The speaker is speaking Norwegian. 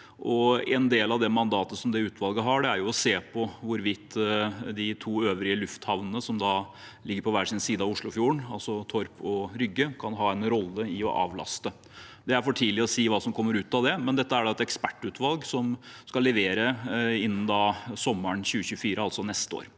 en del av mandatet som det utvalget har, er å se på hvorvidt de to øvrige lufthavnene som ligger på hver sin side av Oslofjorden, altså Torp og Rygge, kan ha en rolle i å avlaste. Det er for tidlig å si hva som kommer ut av det, men det er det ekspertutvalget skal levere på innen sommeren 2024, altså neste år.